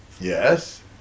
Yes